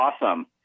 awesome